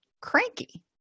cranky